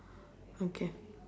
okay